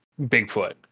Bigfoot